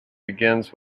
begins